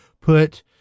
put